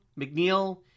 McNeil